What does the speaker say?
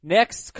Next